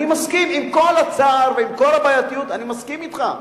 עם כל הצער ועם כל הבעייתיות אני מסכים אתך.